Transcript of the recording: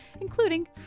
including